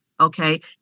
Okay